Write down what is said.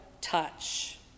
touch